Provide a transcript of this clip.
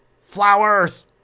flowers